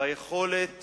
ביכולת